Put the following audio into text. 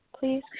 please